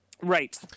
Right